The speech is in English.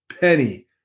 penny